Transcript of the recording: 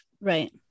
right